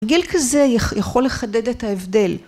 ‫גיל כזה יכול לחדד את ההבדל.